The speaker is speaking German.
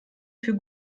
für